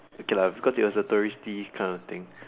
okay lah because it was a touristy kind of thing